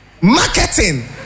Marketing